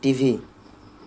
TV